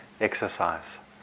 exercise